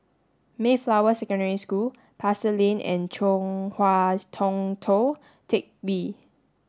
Mayflower Secondary School Pasar Lane and Chong Hua Tong Tou Teck Hwee